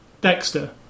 Dexter